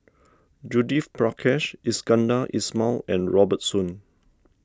Judith Prakash Iskandar Ismail and Robert Soon